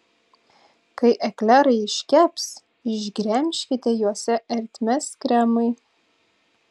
kai eklerai iškeps išgremžkite juose ertmes kremui